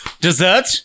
dessert